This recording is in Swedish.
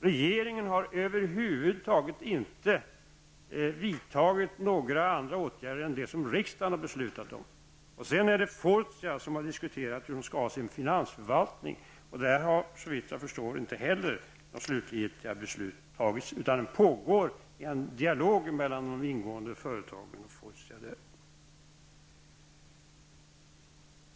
Regeringen har över huvud taget inte vidtagit några andra åtgärder än dem som riksdagen har beslutat om. Sedan har Fortia diskuterat hur de skall utforma sin finansförvaltning. Där har, såvitt jag förstår, inte heller några slutgiltiga beslut fattats. Det pågår en dialog mellan de ingående företagen och Fortia.